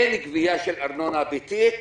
אין גבייה של ארנונה ביתית,